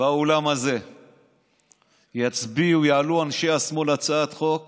ובאולם הזה יצביעו, יעלו אנשי השמאל הצעת חוק